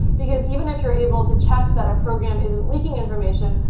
because even if you're able to check that a program isn't leaking information,